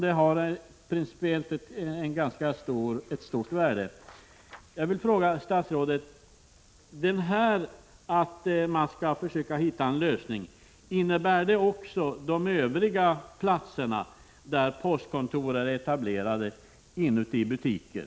Det är av ganska stort värde att få ett svar av statsrådet på följande fråga: Man skall alltså här försöka hitta en lösning, men innebär det att den också omfattar övriga etableringar av postkontor i butiker?